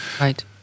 Right